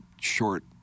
short